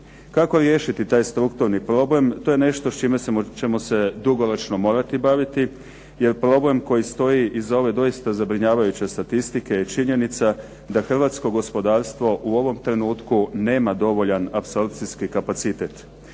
Kako riješiti taj strukturni problem, to je nešto s čime ćemo se dugoročno morati baviti, jer problem koji stoji iza ove doista zabrinjavajuće statistike je činjenica da hrvatsko gospodarstvo u ovom trenutku nema dovoljan apsorpcijski kapacitet.